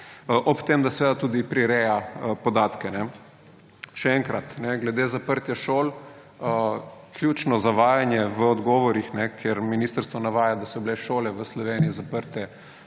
ob tem da seveda tudi prireja podatke. Še enkrat glede zaprtja šol. Ključno zavajanje v odgovorih, ker ministrstvo navaja, da so bile šole v Sloveniji zaprte